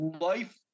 life